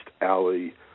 Alley